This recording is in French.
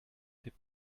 fait